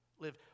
live